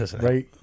Right